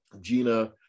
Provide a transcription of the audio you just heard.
Gina